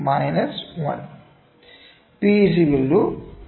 252 cot 602 0